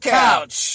couch